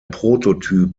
prototyp